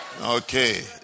Okay